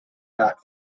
not